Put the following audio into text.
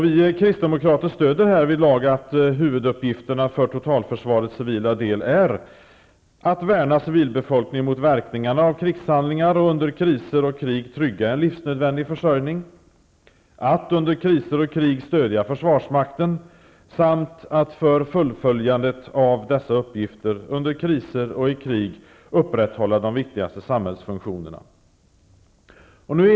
Vi kristdemokrater stöder härvidlag det som sägs om att huvuduppgifterna för totalförsvarets civila del är: --att värna civilbefolkningen mot verkningarna av krigshandlingar och att under kriser och krig trygga en livsnödvändig försörjning, --att under kriser och krig stödja försvarsmakten samt --att, för fullföljandet av dessa uppgifter, under kriser och i krig upprätthålla de viktigaste samhällsfunktionerna.